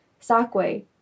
Sakwe